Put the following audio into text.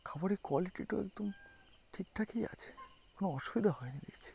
খাবারের কোয়ালিটিটা একদম ঠিকঠাকই আছে কোনো অসুবিধা হয় নি দেখছি